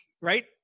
Right